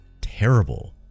terrible